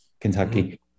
Kentucky